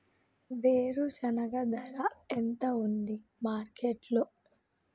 వేరుశెనగ ధర ఎంత ఉంది మార్కెట్ లో?